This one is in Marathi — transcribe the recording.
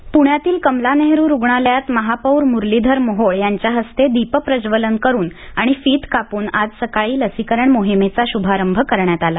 पणे लसीकरण पुण्यातील कमला नेहरू रुग्णालयात महापौर मुरलीधर मोहोळ यांच्या हस्ते दीपप्रज्वलन करून आणि फीत कापून आज सकाळी लसीकरण मोहिमेचा शुभारंभ करण्यात आला